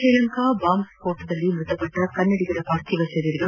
Sri Lanka bomb ಸ್ಪೋಟದ ದಾಳಿ ಮೃತಪಟ್ಟ ಕನ್ನಡಿಗರ ಪಾರ್ಥಿವ ಶರೀರಗಳು